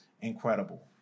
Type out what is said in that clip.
incredible